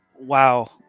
Wow